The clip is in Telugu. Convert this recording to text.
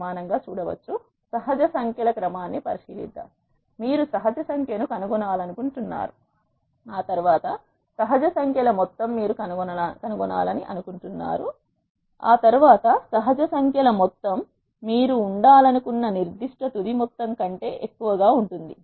సహజ సంఖ్యల క్రమాన్ని పరిశీలిద్దాం మీరు సహజ సంఖ్య ను కనుగొనాలనుకుంటున్నారు ఆ తర్వాత సహజ సంఖ్యల మొత్తం మీరు ఉండాలనుకున్న నిర్దిష్ట తుది మొత్తం కంటే ఎక్కువగా ఉంటుంది